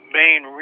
main